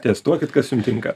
testuokit kas jum tinka